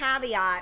caveat